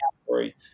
category